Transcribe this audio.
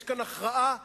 יש כאן הכרעה ערכית,